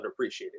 underappreciated